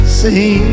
see